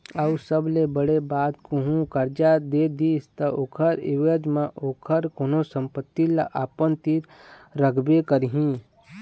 अऊ सबले बड़े बात कहूँ करजा दे दिस ता ओखर ऐवज म ओखर कोनो संपत्ति ल अपन तीर रखबे करही